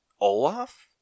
Olaf